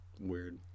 weird